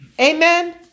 Amen